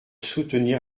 soutenir